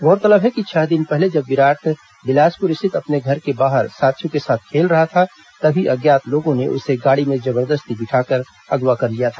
गौरतलब है कि छह दिन पहले जब विराट बिलासपुर स्थित अपने घर के बाहर साथियों के साथ खेल रहा था तभी अज्ञात लोगों ने उसे गाड़ी में जबरदस्ती बिठाकर अगवा कर लिया था